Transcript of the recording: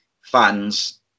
fans